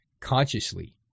consciously